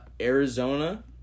Arizona